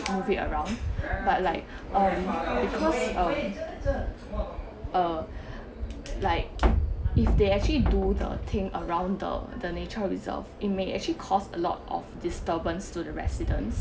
move it around but like um because um uh like if they actually do the thing around the the nature reserve it may actually cost a lot of disturbance to the residents